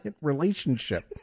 relationship